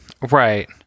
Right